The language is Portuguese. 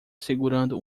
segurando